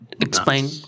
explain